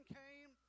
came